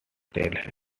tel